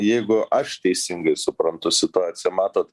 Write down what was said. jeigu aš teisingai suprantu situaciją mato